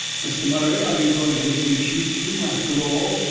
mr. murray, are you going to make me shoot you, after all?